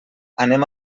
anem